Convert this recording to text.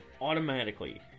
automatically